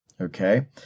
Okay